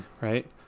right